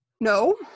no